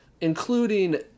including